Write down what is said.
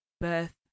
birth